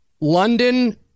London